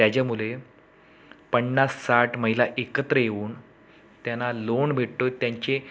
त्याज्यामुळे पन्नास साठ महिला एकत्र येऊन त्यांना लोण भेटतो त्यांचे